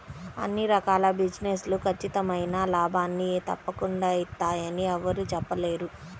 అన్ని రకాల బిజినెస్ లు ఖచ్చితమైన లాభాల్ని తప్పకుండా ఇత్తయ్యని యెవ్వరూ చెప్పలేరు